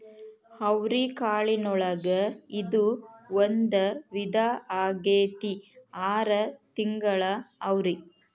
ಅವ್ರಿಕಾಳಿನೊಳಗ ಇದು ಒಂದ ವಿಧಾ ಆಗೆತ್ತಿ ಆರ ತಿಂಗಳ ಅವ್ರಿ